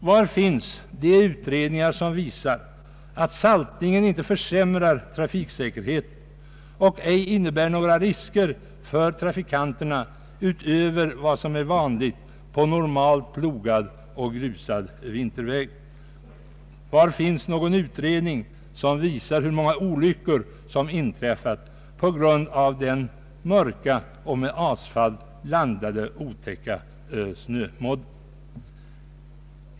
Var finns de utredningar som visar att saltet inte försämrar trafiksäkerheten och ej medför några risker för trafikanterna utöver vad som är vanligt på normalt plogad och grusad vinterväg? Var finns någon utredning som visar hur många olyckor som inträffat på grund av den mörka och med asfalt blandade otäcka snömodden?